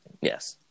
Yes